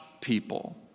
people